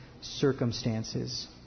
circumstances